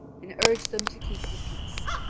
and urge them to keep the peace.